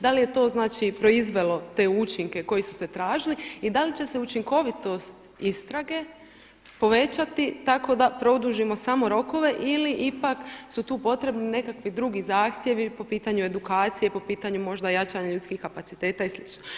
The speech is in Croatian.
Da li je to znači, proizvelo te učinke koji su se tražili i da li će se učinkovitost istrage povećati tako da produžimo samo rokove ili ipak su tu potrebni nekakvi drugi zahtjevi po pitanju edukacije, po pitanju možda jačanja ljudskih kapaciteta i sl.